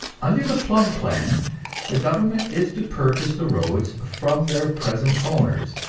under the plumb plan the government is to purchase the roads from their present owners,